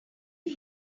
you